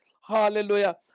Hallelujah